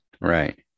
Right